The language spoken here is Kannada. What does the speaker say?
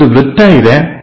ಅಲ್ಲಿ ಒಂದು ವೃತ್ತ ಇದೆ